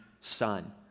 son